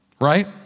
right